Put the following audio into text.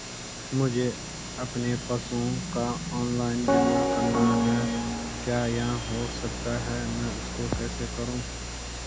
मुझे अपने पशुओं का ऑनलाइन बीमा करना है क्या यह हो सकता है मैं इसको कैसे करूँ?